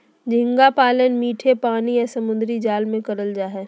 झींगा पालन मीठे पानी या समुंद्री जल में करल जा हय